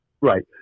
Right